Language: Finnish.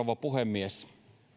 rouva puhemies